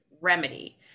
remedy